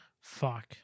Fuck